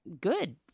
good